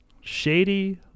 shady